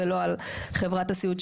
ולא על חברת הסיעוד,